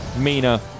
Mina